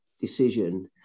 decision